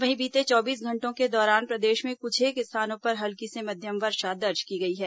वहीं बीते चौबीस घंटों के दौरान प्रदेश में कुछेक स्थानों पर हल्की से मध्यम वर्षा दर्ज की गई है